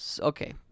Okay